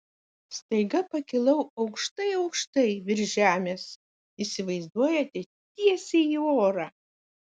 staiga pakilau aukštai aukštai virš žemės įsivaizduojate tiesiai į orą